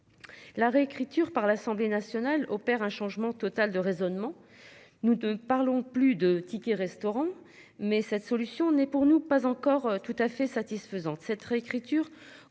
La réécriture par l'Assemblée nationale, opère un changement total de raisonnement. Nous ne parlons plus de tickets restaurant. Mais cette solution n'est pour nous pas encore tout à fait satisfaisante